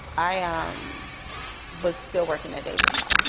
i um was still working a day job.